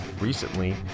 recently